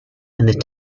and